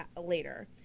later